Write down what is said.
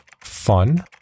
Fun